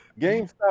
GameStop